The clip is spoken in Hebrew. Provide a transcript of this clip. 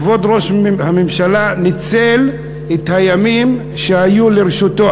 כבוד ראש הממשלה ניצל את הימים שהיו לרשותו,